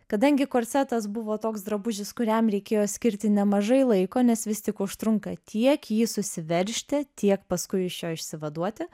kadangi korsetas buvo toks drabužis kuriam reikėjo skirti nemažai laiko nes vis tik užtrunka tiek jį susiveržti tiek paskui iš jo išsivaduoti